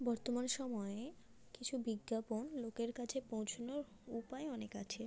বর্তমান সময়ে কিছু বিজ্ঞাপন লোকের কাছে পৌঁছোনোর উপায় অনেক আছে